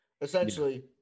essentially